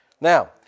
Now